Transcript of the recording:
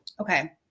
Okay